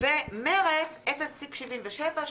ומרץ 0.77,